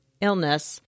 illness